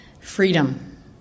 Freedom